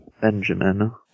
Benjamin